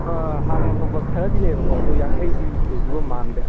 ꯑꯥ ꯍꯥꯟꯅ ꯌꯥꯟꯊꯣꯛꯄ ꯈꯔꯗꯤ ꯂꯩꯌꯦꯕꯀꯣ ꯑꯗꯣ ꯌꯥꯡꯈꯩꯗꯤ ꯁꯨꯗꯧꯕ ꯃꯥꯟꯗꯦ